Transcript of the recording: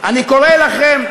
אני קורא לכם,